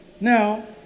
Now